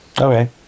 okay